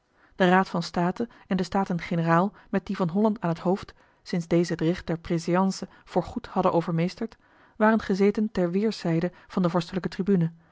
de raad van state en de staten-generaal met die van holland aan het hoofd sinds deze het recht der préséance voor goed hadden overmeesterd waren gezeten ter weêrszijden van de vorstelijke tribune